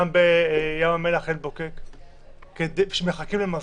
גם בים המלח-עין בוקק, שמחכים למזור.